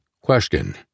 Question